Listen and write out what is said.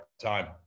time